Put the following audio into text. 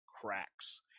cracks